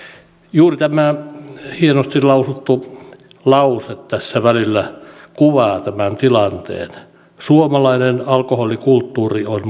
juuri tämä hienosti lausuttu lause tässä välissä kuvaa tämän tilanteen suomalainen alkoholikulttuuri on